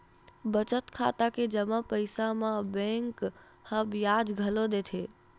बचत खाता के जमा पइसा म बेंक ह बियाज घलो देथे